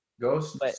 Ghost